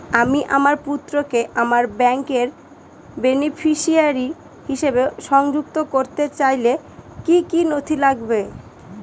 আমি আমার পুত্রকে আমার ব্যাংকের বেনিফিসিয়ারি হিসেবে সংযুক্ত করতে চাইলে কি কী নথি লাগবে?